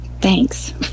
thanks